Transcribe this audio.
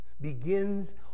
begins